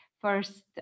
first